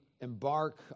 embark